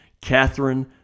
Catherine